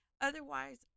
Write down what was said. otherwise